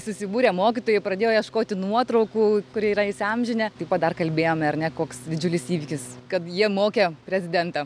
susibūrė mokytojai pradėjo ieškoti nuotraukų kur yra įsiamžinę taip pat dar kalbėjome ar ne koks didžiulis įvykis kad jie mokė prezidentą